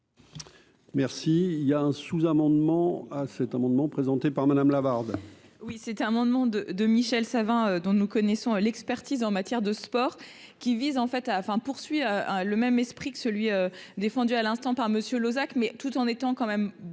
Merci, il y a un sous-amendement à cet amendement, présenté par Madame Lavarde. Oui, c'était un moment de de Michel Savin, dont nous connaissons l'expertise en matière de sport qui vise en fait à à, enfin, poursuit le même esprit que celui défendu à l'instant par monsieur Lozach mais tout en étant quand même